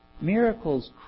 Miracles